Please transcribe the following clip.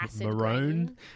maroon